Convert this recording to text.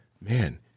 Man